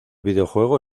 videojuego